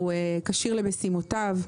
הוא כשיר למשימותיו.